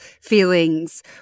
feelings